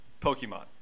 Pokemon